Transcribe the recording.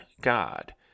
God